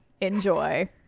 enjoy